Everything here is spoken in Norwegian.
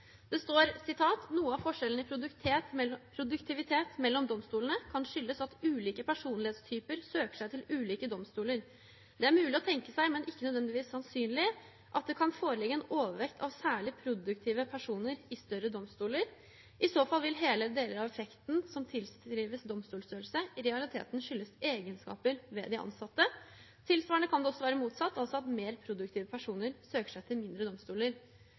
Det står: «Noe av forskjellen i produktivitet mellom domstoler kan for eksempel skyldes at ulike personlighetstyper søker seg til ulike domstoler. Det er mulig å tenke seg, men ikke nødvendigvis sannsynlig, at det kan foreligge en overvekt av særlig produktive personer i større domstoler. I så fall vil hele eller deler av effekten som tilskrives domstolstørrelse, i realiteten skyldes egenskaper ved de ansatte. Tilsvarende kan det også være motsatt, altså at mer produktive personer søker seg til mindre domstoler.»